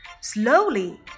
Slowly